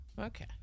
Okay